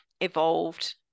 evolved